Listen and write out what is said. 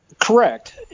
Correct